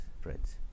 friends